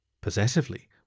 possessively